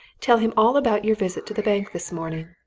tell him all about your visit to the bank this morning.